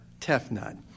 Tefnut